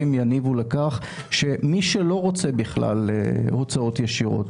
יניבו לכך שמי שלא רוצה בכלל הוצאות ישירות,